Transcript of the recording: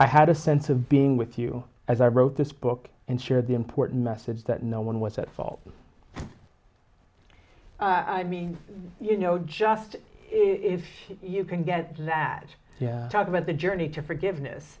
i had a sense of being with you as i wrote this book and share the important message that no one was at fault i mean you know just if you can get that talk about the journey to forgiveness